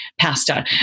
pasta